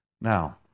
Now